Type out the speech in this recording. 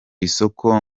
isoko